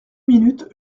minutes